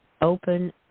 open